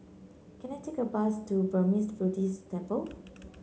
can I take a bus to Burmese Buddhist Temple